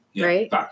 right